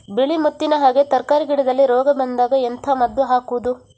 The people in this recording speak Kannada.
ಬಿಳಿ ಮುತ್ತಿನ ಹಾಗೆ ತರ್ಕಾರಿ ಗಿಡದಲ್ಲಿ ರೋಗ ಬಂದಾಗ ಎಂತ ಮದ್ದು ಹಾಕುವುದು?